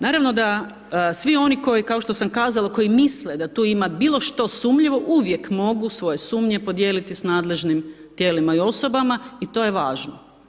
Naravno da svi oni koji kao što sam kazala, koji misle da tu ima bilo što sumnjivo, uvijek mogu svoje sumnje podijeliti s nadležnim tijelima i osobama i to je važno.